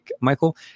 Michael